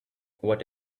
what